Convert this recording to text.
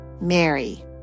Mary